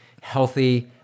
healthy